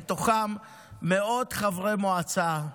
ובתוכם מאות חברי מועצה,